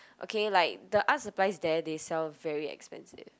okay like the art supplies there they sell very expensive